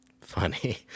Funny